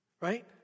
Right